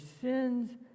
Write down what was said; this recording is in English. sins